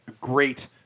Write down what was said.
great